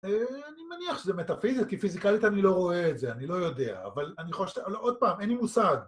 אני מניח שזה מטאפיזי, כי פיזיקלית אני לא רואה את זה, אני לא יודע, אבל אני חושב, עוד פעם, אין לי מושג.